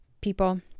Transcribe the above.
people